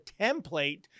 template